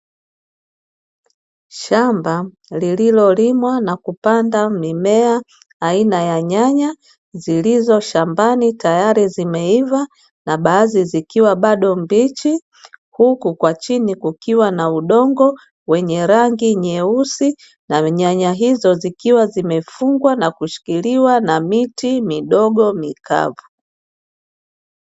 Shamba lililolimwa na kupanda mimea aina ya nyanya zilizoshambani tayari zimeiva na baadhi zikiwa bado mbichi, huku kwa chini kukiwa na udongo wenye rangi nyeusi na nyanya hizo zikiwa zimefungwa na kushikiliwa na miti midogo mikavu.